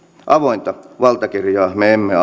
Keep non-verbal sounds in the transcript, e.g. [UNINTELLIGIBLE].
avointa valtakirjaa me emme [UNINTELLIGIBLE]